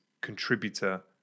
contributor